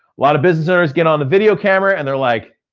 lot of business owners get on the video camera and they're like,